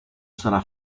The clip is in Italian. sarà